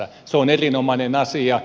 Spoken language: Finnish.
se on erinomainen asia